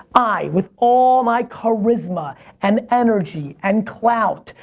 i, with all my charisma and energy and clout,